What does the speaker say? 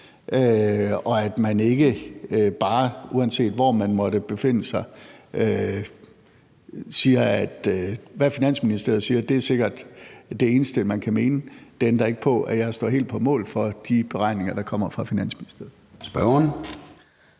og at man ikke bare, uanset hvor man måtte befinde sig, siger, at hvad Finansministeriet siger, er sikkert det eneste, man kan mene. Det ændrer ikke på, at jeg står helt på mål for de beregninger, der kommer fra Finansministeriet.